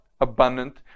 abundant